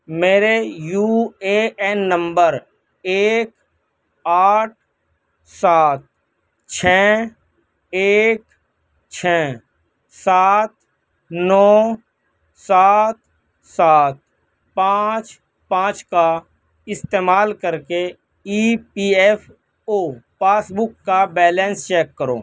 میرے U A N نمبر ایک آٹھ سات چھ ایک چھ سات نو سات سات پانچ پانچ کا استعمال کر کے E P F O passbook کا بیلینس چیک کرو